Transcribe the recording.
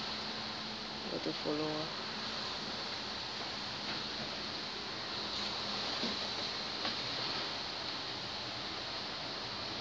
got to follow lah